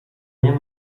nie